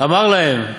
אמר להם: